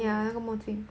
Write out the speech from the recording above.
y~